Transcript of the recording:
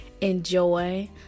enjoy